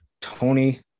Tony